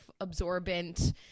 absorbent